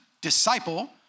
disciple